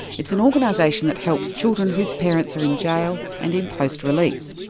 it's an organisation that helps children whose parents are in jail and in post release.